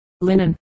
linen